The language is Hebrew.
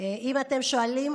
אם אתם שואלים,